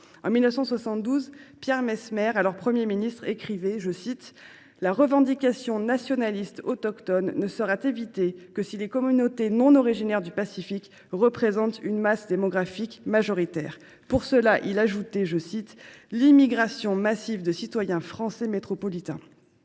En 1972, Pierre Messmer, alors Premier ministre, écrivait :« La revendication nationaliste autochtone ne sera évitée que si les communautés non originaires du Pacifique représentent une masse démographique majoritaire. » Pour cela, il proposait « l’immigration massive de citoyens français métropolitains ».